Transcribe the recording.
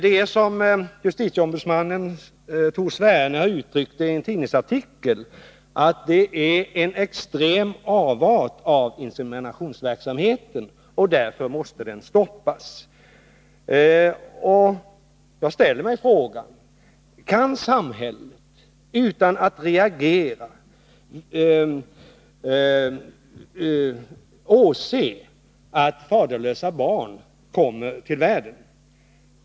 Det är — som justitieombudsmannen Tor Sverne har uttryckt det i en tidningsartikel — en extrem avart av inseminationsverksamhet, och därför måste den stoppas. Jag ställer mig frågan: Kan samhället utan att reagera åse att faderlösa barn kommer till världen?